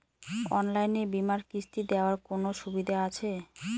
অনলাইনে বীমার কিস্তি দেওয়ার কোন সুবিধে আছে?